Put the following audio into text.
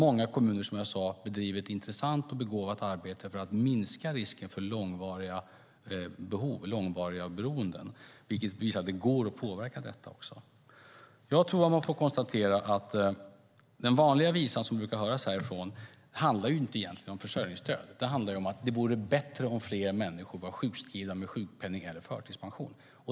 Många kommuner bedriver, som jag sade, ett intressant och begåvat arbete för att minska risken för långvariga behov och långvariga beroenden, vilket visar att det går att påverka detta. Jag tror att man får konstatera att den vanliga visan som brukar höras härifrån egentligen inte handlar om försörjningsstöd. Den handlar om att det vore bättre om fler människor var sjukskrivna med sjukpenning eller förtidspension.